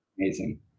amazing